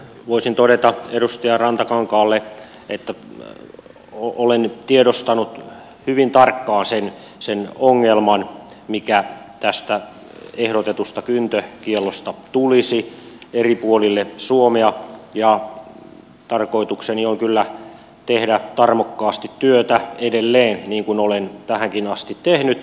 voisin todeta edustaja rantakankaalle että olen tiedostanut hyvin tarkkaan sen ongelman mikä tästä ehdotetusta kyntökiellosta tulisi eri puolille suomea ja tarkoitukseni on kyllä tehdä tarmokkaasti työtä siinä edelleen niin kuin olen tähänkin asti tehnyt